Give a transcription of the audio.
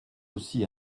aussi